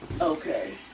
Okay